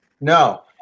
No